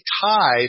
tie